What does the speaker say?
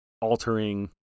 altering